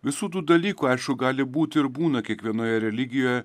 visų tų dalykų aišku gali būti ir būna kiekvienoje religijoje